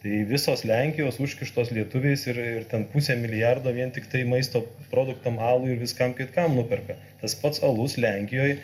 tai visos lenkijos užkištos lietuviais ir ir ten pusę milijardo vien tiktai maisto produktam alui ir viskam ką nuperka tas pats alus lenkijoj